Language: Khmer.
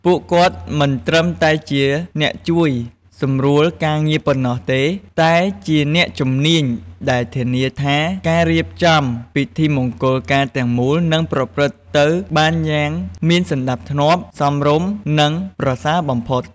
ពួកគាត់មិនត្រឹមតែជាអ្នកជួយសម្រួលការងារប៉ុណ្ណោះទេ តែជាអ្នកជំនាញដែលធានាថាការរៀបចំពិធីមង្គលការទាំងមូលនឹងប្រព្រឹត្តទៅបានយ៉ាងមានសណ្តាប់ធ្នាប់ សមរម្យ និងប្រសើរបំផុត។